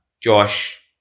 Josh